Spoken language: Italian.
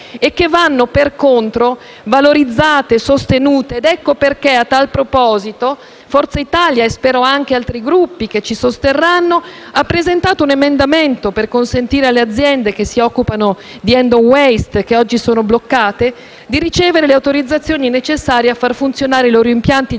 e che vanno, per contro, valorizzate e sostenute. Ecco perché, a tal proposito, Forza Italia - e spero anche altri Gruppi che ci sosterranno - ha presentato un emendamento per consentire alle aziende che si occupano di *end of waste*, oggi bloccate, di ricevere le autorizzazioni necessarie a far funzionare i loro impianti di